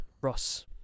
Ross